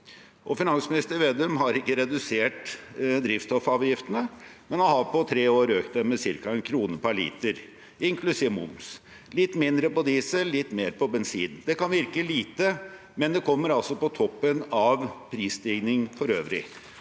Finansminister Vedum har ikke redusert drivstoffavgiftene, men har på tre år økt dem med ca. 1 kr per liter, inklusiv moms – litt mindre på diesel, litt mer på bensin. Det kan virke lite, men det kommer altså på toppen av prisstigning for øvrig.